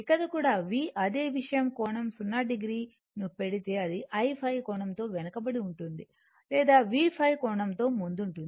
ఇక్కడ కూడా v అదే విషయం కోణం 0 o ను పెడితే అది i ϕ కోణంతో వెనుకబడి ఉంటుంది లేదా v ϕ కోణంతో ముందుంటుంది